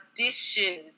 addition